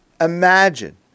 Imagine